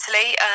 Italy